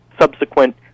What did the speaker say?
subsequent